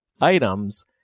items